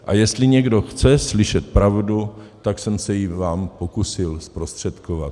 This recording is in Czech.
A jestli někdo chce slyšet pravdu, tak jsem se ji vám pokusil zprostředkovat.